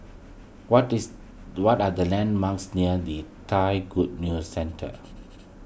what these what are the landmarks near Lee Thai Good News Centre